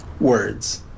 Words